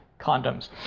condoms